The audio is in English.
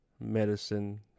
medicine